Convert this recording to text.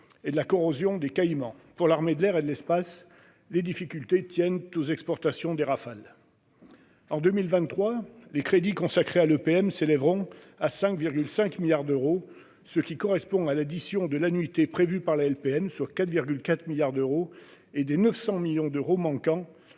et de la corrosion des Caïman. Pour l'armée de l'air et de l'espace, les difficultés tiennent aux exportations des Rafale. En 2023, les crédits consacrés à l'EPM s'élèveront à 5,5 milliards d'euros, ce qui correspond à l'addition de l'annuité prévue par la LPM, soit 4,4 milliards d'euros, et des 900 millions d'euros manquants